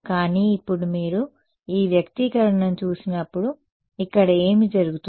కానీ ఇప్పుడు మీరు ఈ వ్యక్తీకరణను చూసినప్పుడు ఇక్కడ ఏమి జరుగుతుంది